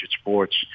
sports